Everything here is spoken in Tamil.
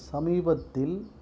சமீபத்தில்